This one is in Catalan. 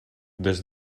dos